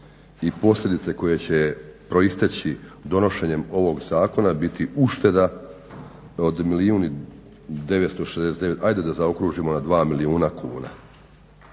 i posljedice koje će proisteći donošenjem ovog zakona biti ušteda od milijun 960, ajde da zaokružimo na 2 milijuna kuna.